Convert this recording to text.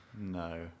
No